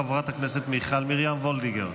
חברת הכנסת מיכל מרים וולדיגר.